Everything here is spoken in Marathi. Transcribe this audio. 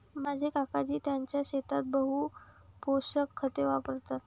माझे काकाजी त्यांच्या शेतात बहु पोषक खते वापरतात